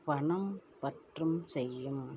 பணம் பத்தும் செய்யும்